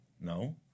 No